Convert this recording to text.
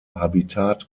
habitat